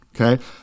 okay